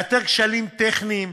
לאתר כשלים טכניים,